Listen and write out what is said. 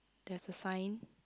there is a sign